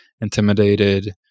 intimidated